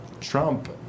Trump